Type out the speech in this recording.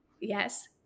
yes